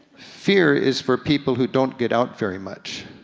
fear is for people who don't get out very much.